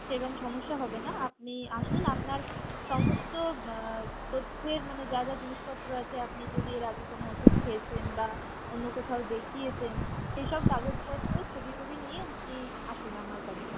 সেকম সমস্যা হবে না আপনি আসুন আপনার সমস্ত তথ্যের মানে যা যা জিনিসপত্র আছে আপনি যদি এর আগে কোন ওষুধ খেয়েছেন বা অন্য কোথাও দেখিয়েছেন সেইসব কাগজপত্র ছবি টবি নিয়ে আপনি আসুন আমার কাছে